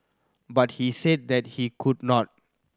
but he said that he could not